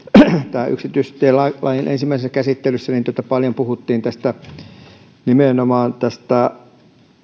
tämän yksityistielain ensimmäisessä käsittelyssä paljon puhuttiin nimenomaan tästä